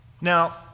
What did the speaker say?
Now